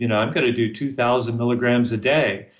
you know i'm going to do two thousand milligrams a day.